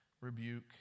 rebuke